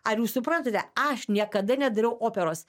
ar jūs suprantate aš niekada nedariau operos